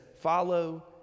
follow